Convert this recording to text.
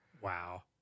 Wow